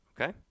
okay